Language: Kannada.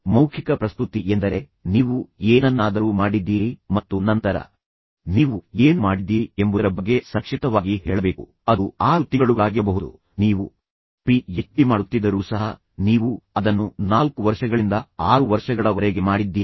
ಮೌಖಿಕ ಪ್ರಸ್ತುತಿ ಎಂದರೆ ನೀವು ಏನನ್ನಾದರೂ ಮಾಡಿದ್ದೀರಿ ಮತ್ತು ನಂತರ ನೀವು ಏನು ಮಾಡಿದ್ದೀರಿ ಎಂಬುದರ ಬಗ್ಗೆ ಸಂಕ್ಷಿಪ್ತವಾಗಿ ಹೇಳಬೇಕು ಅದು 6 ತಿಂಗಳುಗಳಾಗಿರಬಹುದು ನೀವು ಪಿ ಎಚ್ಡಿ ಮಾಡುತ್ತಿದ್ದರೂ ಸಹ ನೀವು ಅದನ್ನು 4 ವರ್ಷಗಳಿಂದ 6 ವರ್ಷಗಳವರೆಗೆ ಮಾಡಿದ್ದೀರಿ